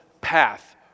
path